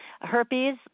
Herpes